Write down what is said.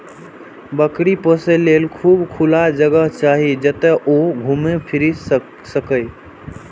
बकरी पोसय लेल खूब खुला जगह चाही, जतय ओ घूमि फीरि सकय